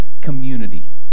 community